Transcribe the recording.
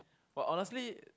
but honestly